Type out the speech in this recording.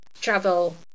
travel